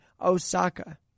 Osaka